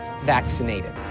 vaccinated